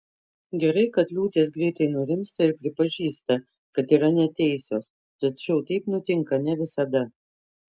gerai kad liūtės greitai nurimsta ir pripažįsta kad yra neteisios tačiau taip nutinka ne visada